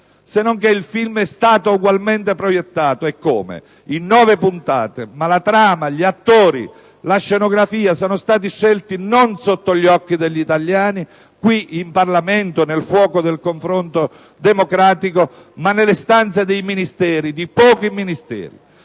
Sennonché, il film è stato ugualmente proiettato, eccome, in nove puntate, ma la trama, gli attori, la scenografia sono stati scelti non sotto gli occhi degli italiani, qui in Parlamento, nel fuoco del confronto democratico, ma nelle stanze dei Ministeri, di pochi Ministeri.